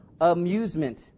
amusement